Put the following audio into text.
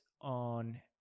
on